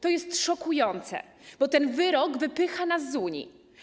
To jest szokujące, bo ten wyrok wypycha nas z Unii.